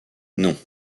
non